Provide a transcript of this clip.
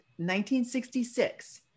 1966